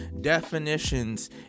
definitions